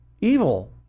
Evil